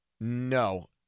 No